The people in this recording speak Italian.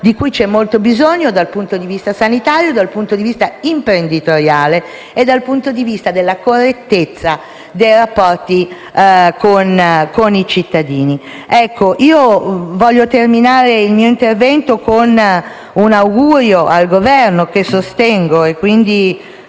di cui c'è molto bisogno dal punto di vista sanitario e imprenditoriale e dal punto di vista della correttezza dei rapporti con i cittadini. Voglio terminare il mio intervento con un augurio al Governo, che sostengo e quindi